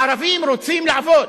הערבים רוצים לעבוד.